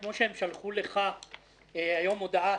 כפי ששלחו לך היום הודעה,